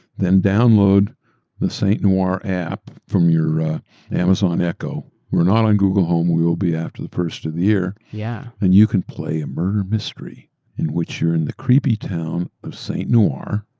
then download the st. noire app from your amazon echoeur we're not on google home, we will be after the first of the yeareur yeah and you can play a murder mystery in which you're in the creepy town of st. noire